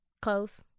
close